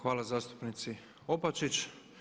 Hvala zastupnici Opačić.